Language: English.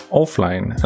offline